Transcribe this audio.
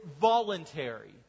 voluntary